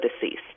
deceased